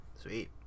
sweet